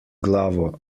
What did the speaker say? glavo